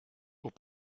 aux